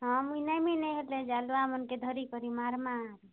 ହଁ ମୁଇଁ ନେମି ନାଇଁ ହେଲେ ଜାଲୁଆ ମାନକେ ଧରିକରି ମାରମା